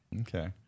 Okay